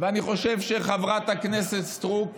אני חושב שחברת הכנסת סטרוק,